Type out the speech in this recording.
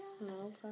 no